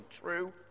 true